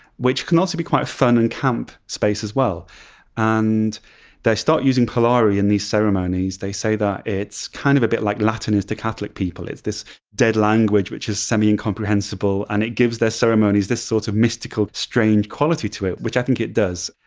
which can also be quite a fun and camp space as well and they start using polari in these ceremonies. they say that it's kind of a bit like latin is to catholic people it's this dead language which is semi-incomprehensible, and it gives their ceremonies this sort of mystical strange quality to it, which i think it does.